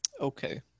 Okay